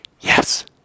Yes